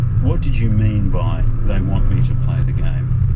what did you mean by they want me to play the game?